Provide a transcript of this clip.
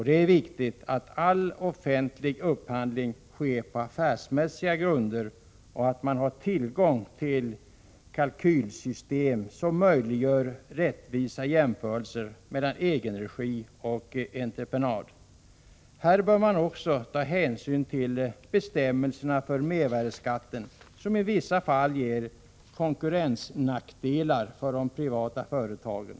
Det är viktigt att all offentlig upphandling sker på affärsmässiga grunder och att man har tillgång till kalkylsystem som möjliggör rättvisa jämförelser mellan egenregiverksamhet och entreprenad. I detta sammanhang bör man också ta hänsyn till bestämmelserna för mervärdeskatten, som i vissa fall ger konkurrensnackdelar för de privata företagen.